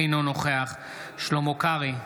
אינו נוכח שלמה קרעי,